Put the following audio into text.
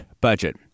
budget